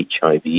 HIV